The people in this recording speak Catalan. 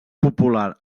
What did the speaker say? popular